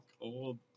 old